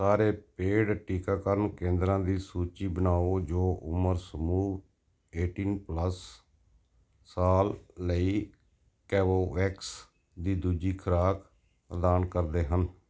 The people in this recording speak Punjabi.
ਸਾਰੇ ਪੇਡ ਟੀਕਾਕਰਨ ਕੇਂਦਰਾਂ ਦੀ ਸੂਚੀ ਬਣਾਓ ਜੋ ਉਮਰ ਸਮੂਹ ਏਟੀਨ ਪਲੱਸ ਸਾਲ ਲਈ ਕੇਵੋਵੈਕਸ ਦੀ ਦੂਜੀ ਖੁਰਾਕ ਪ੍ਰਦਾਨ ਕਰਦੇ ਹਨ